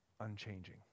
unchanging